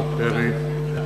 בבקשה, אדוני.